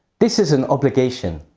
this is an obligation.